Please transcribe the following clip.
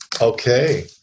Okay